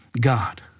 God